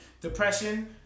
Depression